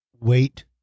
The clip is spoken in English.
Wait